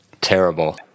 terrible